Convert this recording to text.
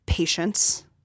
Patience